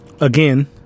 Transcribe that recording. again